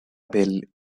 del